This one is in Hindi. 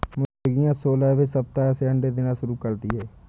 मुर्गियां सोलहवें सप्ताह से अंडे देना शुरू करती है